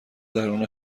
درون